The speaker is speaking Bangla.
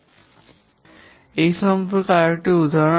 এটি এই সম্পর্কে একটি উদাহরণ